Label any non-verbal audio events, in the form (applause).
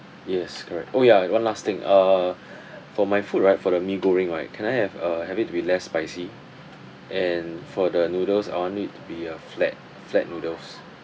yes correct oh ya and one last thing uh (breath) for my food right for the mee goreng right can I have uh have it with like less spicy and for the noodles I want it to be uh flat flat noodles